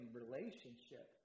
relationship